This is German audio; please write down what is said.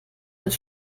mit